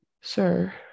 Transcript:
sir